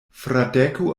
fradeko